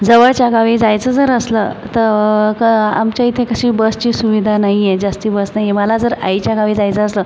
जवळच्या गावी जायचं जर असलं तर कं आमच्या इथे कशी बसची सुविधा नाही आहे जास्त बस नाही आहे मला जर आईच्या गावी जायचं असलं